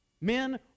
men